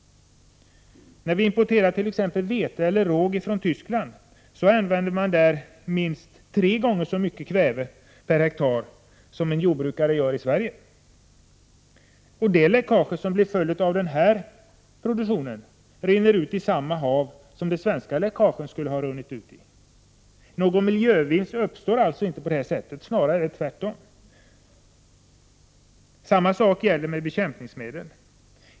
Vi importerar exempelvis vete och råg från Tyskland, och där använder man minst tre gånger så mycket kväve per hektar som jordbrukaren gör i Sverige. Det läckage som blir följden av denna produktion rinner ut i samma hav som de svenska läckagen skulle ha runnit ut i. Någon miljövinst uppstår inte på det sättet, snarare tvärtom. Detsamma gäller bekämpningsmedlen.